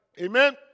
Amen